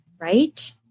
right